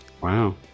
Wow